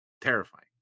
terrifying